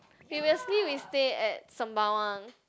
previously we stay at Sembawang